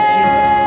Jesus